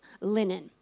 linen